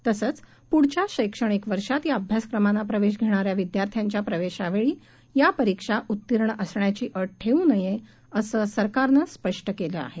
तसंच पुढच्या शैक्षणिक वर्षात या अभ्यासक्रमांना प्रवेश घेणाऱ्या विद्यार्थ्यांच्या प्रवेशावेळी या परीक्षा उत्तीर्ण असण्याची अट ठेवू नये असं सरकारनं स्पष्ट केलं आहे